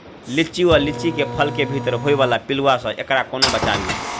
लिच्ची वा लीची केँ फल केँ भीतर होइ वला पिलुआ सऽ एकरा कोना बचाबी?